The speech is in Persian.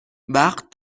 وقت